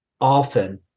often